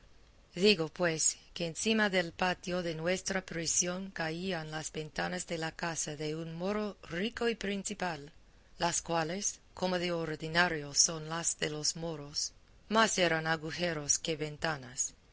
digo pues que encima del patio de nuestra prisión caían las ventanas de la casa de un moro rico y principal las cuales como de ordinario son las de los moros más eran agujeros que ventanas